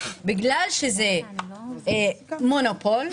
בגלל שזה מונופול,